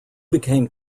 became